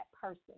person